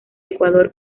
ecuador